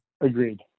Agreed